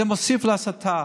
זה מוסיף להסתה,